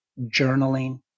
journaling